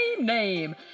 name